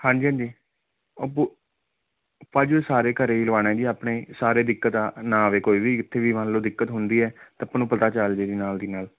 ਹਾਂਜੀ ਹਾਂਜੀ ਉਹ ਭਾਅ ਜੀ ਉਹ ਸਾਰੇ ਘਰੇ ਲਵਾਉਣੇ ਜੀ ਆਪਣੇ ਸਾਰੇ ਦਿੱਕਤ ਨਾ ਆਵੇ ਕੋਈ ਵੀ ਇੱਥੇ ਵੀ ਮੰਨ ਲਓ ਦਿੱਕਤ ਹੁੰਦੀ ਹੈ ਤਾਂ ਆਪਾਂ ਨੂੰ ਪਤਾ ਚੱਲ ਜੇ ਜੀ ਨਾਲ ਦੀ ਨਾਲ